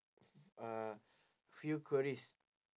uh few queries